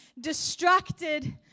distracted